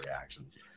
reactions